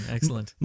Excellent